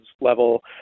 level